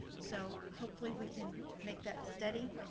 so hopefully, we can make that steady,